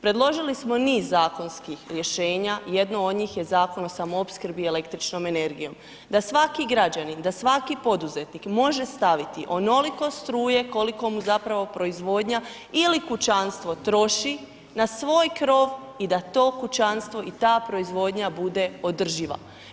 Predložili smo niz zakonskih rješenja, jedno od njih je Zakon o samoopskrbi električnom energijom, da svaki građanin, da svaki poduzetnik može staviti onoliko struje koliko mu zapravo proizvodnja ili kućanstvo troši, na svoj krov i da to kućanstvo i ta proizvodnja bude održiva.